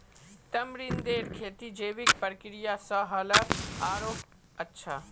तमरींदेर खेती जैविक प्रक्रिया स ह ल आरोह अच्छा